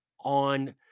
on